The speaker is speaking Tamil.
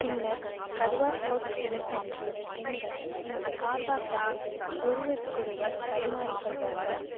பின்னர் கர்வா சௌத் தினத்தன்று பெண்கள் இந்த கார்வாக்களை ஒருவருக்கொருவர் பரிமாறிக் கொள்வார்கள்